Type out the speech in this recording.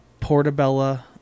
portabella